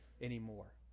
anymore